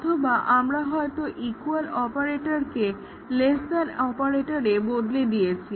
অথবা আমরা হয়তো ইকুয়াল অপারেটরকে লেস দ্যান অপারেটরে বদলে দিয়েছি